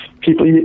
people